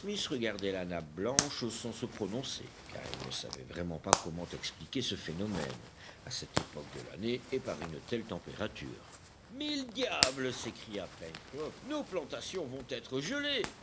regardait la nappe blanche sans se prononcer car il ne savait vraiment pas comment expliquer ce phénomène à cette époque de l'année et par une telle température mille diables s'écria pencroff nos plantations vont être gelées